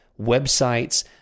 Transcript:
websites